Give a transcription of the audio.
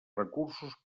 recursos